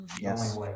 Yes